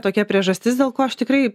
tokia priežastis dėl ko aš tikrai